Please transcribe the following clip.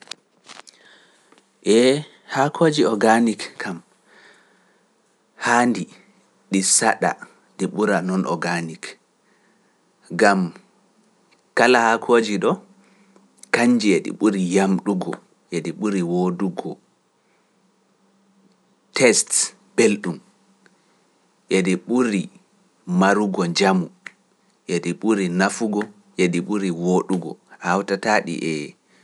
Ee haakooji organik kam haandi ɗi saɗa ɗi ɓura non organik. Gam kala haakooji ɗo kanji e ɗi ɓuri yamɗugo e ɗi ɓuri woodugo. Tests belɗum e ɗi ɓuri marugo jamu e ɗi ɓuri nafugo e ɗi ɓuri woodugo hawtataa ɗi ee.